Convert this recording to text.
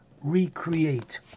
recreate